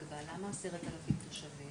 ליצור שיטור יתר.